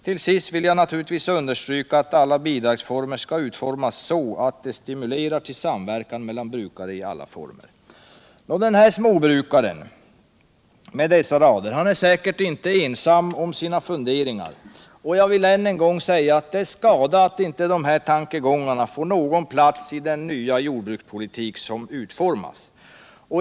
Till sist vill jag naturligtvis understryka, att alla bidragsformer skall utformas så, att de stimulerar till samverkan mellan brukare i alla former.” Den här småbrukaren är säkert inte ensam om sina funderingar och jag vill än en gång säga att det är skada att dessa tankegångar inte får någon plats i den nya jordbrukspolitik som utformas.